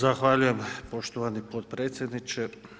Zahvaljujem poštovani potpredsjedniče.